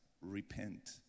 repent